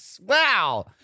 Wow